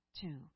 two